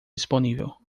disponível